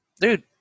Dude